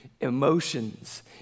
emotions